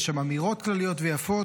יש שם אמירות כלליות ויפות,